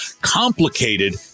complicated